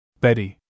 Betty